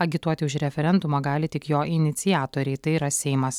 agituoti už referendumą gali tik jo iniciatoriai tai yra seimas